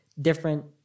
different